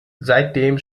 seitdem